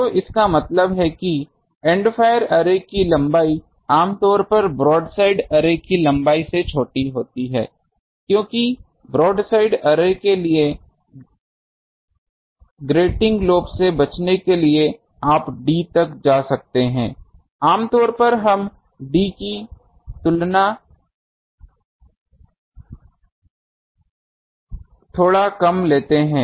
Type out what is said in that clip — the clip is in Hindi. तो इसका मतलब है कि एंड फायर अर्रे की लंबाई आम तौर पर ब्रॉडसाइड अर्रे की लंबाई से छोटी होती है क्योंकि ब्रॉडसाइड अर्रे के लिए ग्रेटिंग लोब से बचने के लिए आप d तक जा सकते हैं आमतौर पर हम d की तुलना से थोड़ा कम लेते है